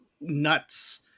nuts